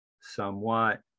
somewhat